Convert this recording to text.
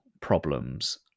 problems